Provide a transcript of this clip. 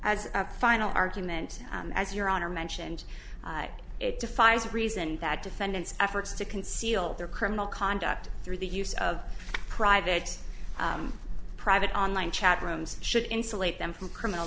s final argument as your honor mentioned it defies reason that defendants efforts to conceal their criminal conduct through the use of private private online chat rooms should insulate them from criminal